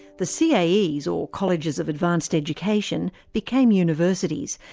the caes, or colleges of advanced education, became universities,